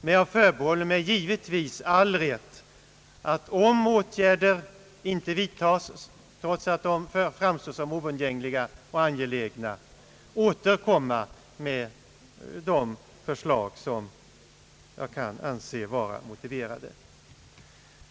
Men jag förbehåller mig givetvis all rätt, om åtgärder inte vidtas trots att de framstår som oundgängliga och angelägna, att återkomma med de förslag som jag kan anse vara motiverade.